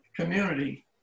community